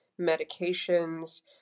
medications